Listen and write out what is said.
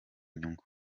inyungu